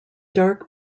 dark